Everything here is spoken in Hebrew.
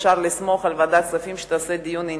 אפשר לסמוך על ועדת כספים שתקיים דיון ענייני.